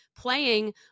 Playing